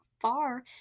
far